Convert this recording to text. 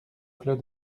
clos